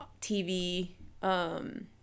TV